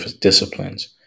disciplines